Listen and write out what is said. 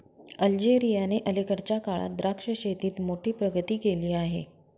अल्जेरियाने अलीकडच्या काळात द्राक्ष शेतीत मोठी प्रगती केली आहे